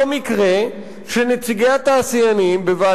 לא במקרה נציגי התעשיינים הביעו,